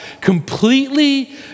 completely